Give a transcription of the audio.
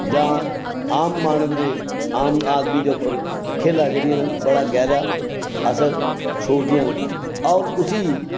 जां आम मानव दे आम आदमी दे उप्पर जां खेलां जेह्ड़ियां न बड़ा गैह्रा असर छोड़दियां न होर उस्सी